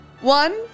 One